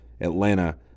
Atlanta